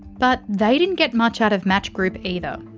but they didn't get much out of match group either.